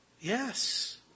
Yes